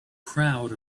crowd